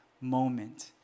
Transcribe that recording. moment